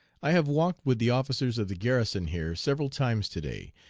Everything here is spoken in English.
i have walked with the officers of the garrison here several times today,